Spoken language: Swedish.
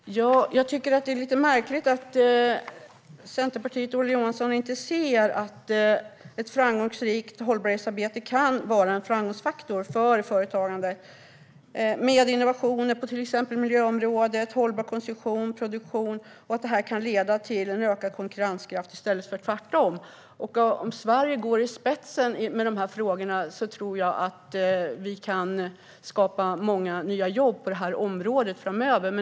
Fru talman! Jag tycker att det är lite märkligt att Centerpartiet och Ola Johansson inte ser att ett framgångsrikt hållbarhetsarbete kan vara en framgångsfaktor för företagande med innovationer på till exempel miljöområdet, hållbar konsumtion och produktion och att det här kan leda till en ökad konkurrenskraft i stället för tvärtom. Om Sverige går i spetsen när det gäller de här frågorna tror jag att vi kan skapa många nya jobb på det här området framöver.